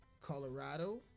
Colorado